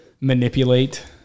manipulate